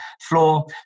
floor